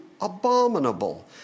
abominable